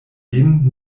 lin